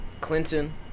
Clinton